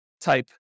type